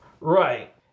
Right